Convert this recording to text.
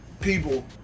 people